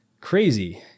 Crazy